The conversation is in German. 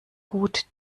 gut